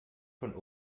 von